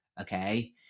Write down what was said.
okay